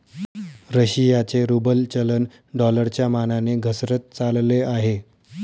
रशियाचे रूबल चलन डॉलरच्या मानाने घसरत चालले आहे